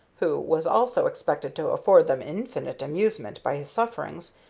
who was also expected to afford them infinite amusement by his sufferings,